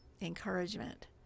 encouragement